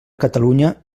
catalunya